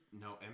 no